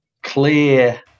clear